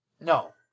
No